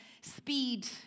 speed